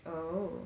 oh